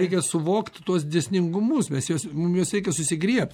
reikia suvokt tuos dėsningumus mes juos mum reikia juos susigriebt